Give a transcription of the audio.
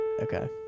Okay